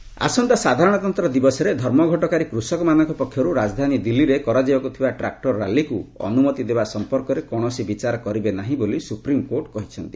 SC ରିଫ୍ୟୁକ୍ ଆସନ୍ତା ସାଧାରଣତନ୍ତ୍ର ଦିବସରେ ଧର୍ମଘଟକାରୀ କୃଷକମାନଙ୍କ ପକ୍ଷରୁ ରାଜଧାନୀ ଦିଲ୍ଲୀରେ କରାଯିବାକୁ ଥିବା ଟ୍ରାକ୍ଟର ରାଲିକୁ ଅନୁମତି ଦେବା ସଂପର୍କରେ କକବିଣସି ବିଚାର କରିବେ ନାହିଁ ବୋଲି ସୁପ୍ରିମକୋର୍ଟ କହିଛନ୍ତି